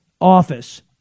office